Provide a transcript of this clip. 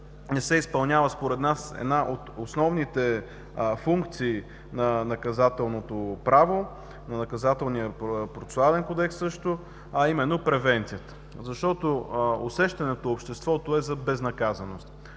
се изпълнява, според нас, една от основните функции на наказателното право, на Наказателно-процесуалния кодекс също, а именно превенцията. Защото усещането в обществото е за безнаказаност.